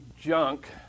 junk